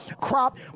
crop